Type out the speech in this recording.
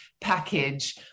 package